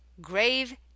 grave